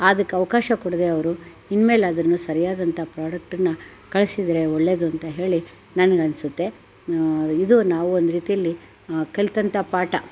ಅದಕ್ ಅವಕಾಶ ಕೊಡದೇ ಅವರು ಇನ್ಮೇಲಾದ್ರೂ ಸರಿಯಾದಂಥ ಪ್ರಾಡಕ್ಟನ್ನು ಕಳಿಸಿದ್ರೆ ಒಳ್ಳೇದು ಅಂತ ಹೇಳಿ ನನಗನ್ಸುತ್ತೆ ಇದು ನಾವು ಒಂದು ರೀತಿಯಲ್ಲಿ ಕಲಿತಂಥ ಪಾಠ